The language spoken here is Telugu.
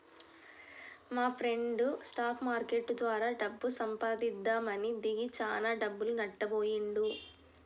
మాప్రెండు స్టాక్ మార్కెట్టు ద్వారా డబ్బు సంపాదిద్దామని దిగి చానా డబ్బులు నట్టబొయ్యిండు